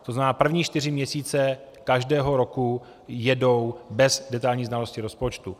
To znamená, první čtyři měsíce každého roku jedou bez detailních znalostí rozpočtu.